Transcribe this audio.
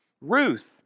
Ruth